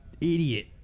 idiot